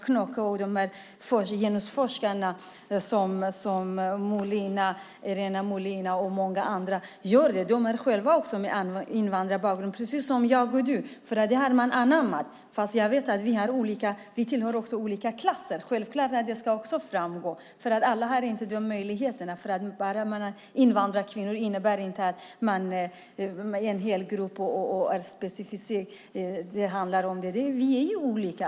Knocke och de här genusforskarna, Irene Molina och många andra, gör det. De har själva invandrarbakgrund, precis som jag och du. Man har anammat detta. Jag vet att vi också tillhör olika klasser. Självklart ska det framgå. Alla har inte de här möjligheterna. Vi är olika.